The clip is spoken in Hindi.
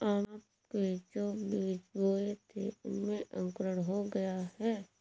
आम के जो बीज बोए थे उनमें अंकुरण हो गया है